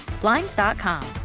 Blinds.com